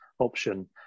Option